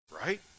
Right